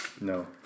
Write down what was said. No